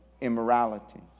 immorality